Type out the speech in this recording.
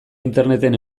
interneten